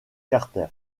carter